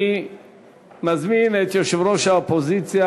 אני מזמין את יושב-ראש האופוזיציה,